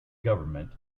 governments